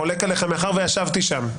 אני חולק עליך מאחר שישבתי שם.